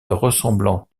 ressemblant